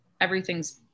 everything's